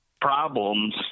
problems